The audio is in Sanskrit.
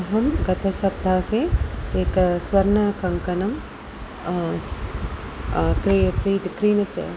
अहं गतसप्ताहे एक स्वर्णकङ्कणं स्व् क्री क्री क्रीणीतम्